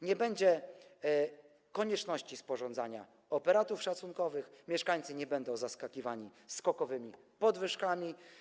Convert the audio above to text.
Nie będzie konieczności sporządzania operatów szacunkowych, mieszkańcy nie będą zaskakiwani skokowymi podwyżkami.